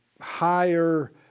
higher